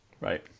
Right